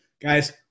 guys